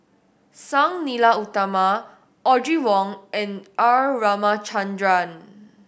Sang Nila Utama Audrey Wong and R Ramachandran